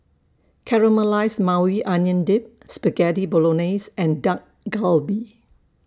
Caramelized Maui Onion Dip Spaghetti Bolognese and Dak Galbi